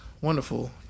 wonderful